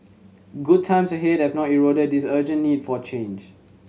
good times ahead have not eroded this urgent need for change